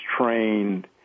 trained